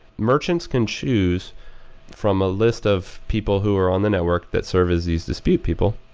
merchants can choose from a list of people who are on the network that serve as these dispute people,